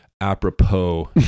apropos